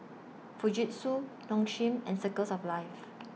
Fujitsu Nong Shim and Circles of Life